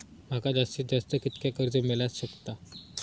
माका जास्तीत जास्त कितक्या कर्ज मेलाक शकता?